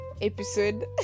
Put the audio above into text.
episode